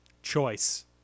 choice